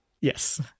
Yes